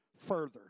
further